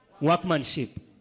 Workmanship